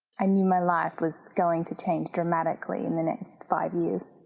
i knew my life was going to change dramatically in the next five years